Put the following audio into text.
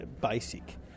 basic